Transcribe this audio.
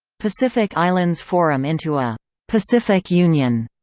pacific islands forum into a pacific union